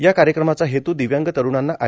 या कार्यक्रमाचा हेतू दिव्यांग तरुणांना आय